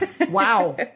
Wow